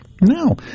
No